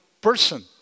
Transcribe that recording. person